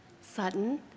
Sutton